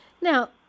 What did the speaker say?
Now